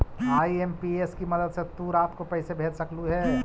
IMPS की मदद से तु रात को पैसे भेज सकलू हे